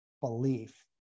belief